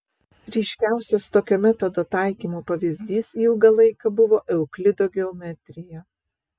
ryškiausias tokio metodo taikymo pavyzdys ilgą laiką buvo euklido geometrija